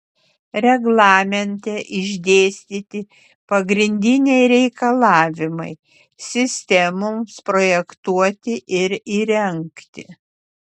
reglamente išdėstyti pagrindiniai reikalavimai sistemoms projektuoti ir įrengti